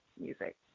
music